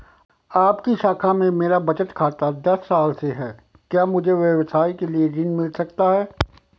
आपकी शाखा में मेरा बचत खाता दस साल से है क्या मुझे व्यवसाय के लिए ऋण मिल सकता है?